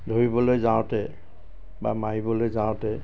ধৰিবলৈ যাওঁতে বা মাৰিবলৈ যাওঁতে